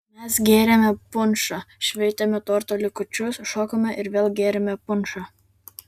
mes gėrėme punšą šveitėme torto likučius šokome ir vėl gėrėme punšą